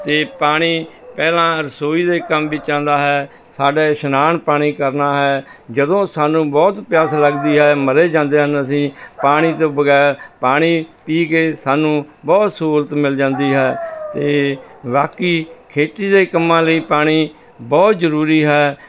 ਅਤੇ ਪਾਣੀ ਪਹਿਲਾਂ ਰਸੋਈ ਦੇ ਕੰਮ ਵਿੱਚ ਆਉਂਦਾ ਹੈ ਸਾਡਾ ਇਸ਼ਨਾਨ ਪਾਣੀ ਕਰਨਾ ਹੈ ਜਦੋਂ ਸਾਨੂੰ ਬਹੁਤ ਪਿਆਸ ਲੱਗਦੀ ਹੈ ਮਰੇ ਜਾਂਦੇ ਹਨ ਅਸੀਂ ਪਾਣੀ ਤੋਂ ਬਗੈਰ ਪਾਣੀ ਪੀ ਕੇ ਸਾਨੂੰ ਬਹੁਤ ਸਹੂਲਤ ਮਿਲ ਜਾਂਦੀ ਹੈ ਅਤੇ ਬਾਕੀ ਖੇਤੀ ਦੇ ਕੰਮਾਂ ਲਈ ਪਾਣੀ ਬਹੁਤ ਜ਼ਰੂਰੀ ਹੈ